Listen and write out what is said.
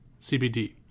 CBD